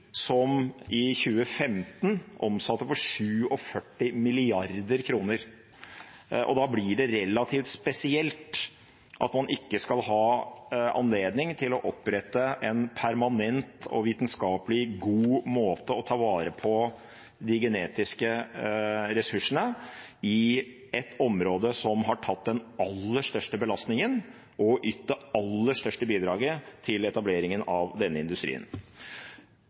som i 2015 omsatte for 47 mrd. kr. Da blir det relativt spesielt at man ikke skal ha anledning til å opprette en permanent og vitenskapelig god måte å ta vare på de genetiske ressursene på i et område som har tatt den aller største belastningen og ytt det aller største bidraget til etableringen av denne industrien.